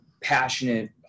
passionate